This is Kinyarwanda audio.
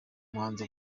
muhanzi